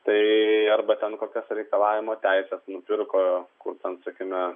tai arba ten kokias reikalavimo teises nupirko kur ten sakykime